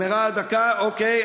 נגמרה הדקה, אוקיי.